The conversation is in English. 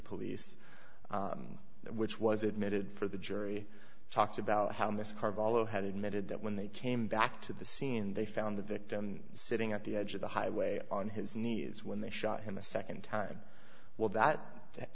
police which was admitted for the jury talked about how this carballo had admitted that when they came back to the scene they found the victim sitting at the edge of the highway on his knees when they shot him a nd time well that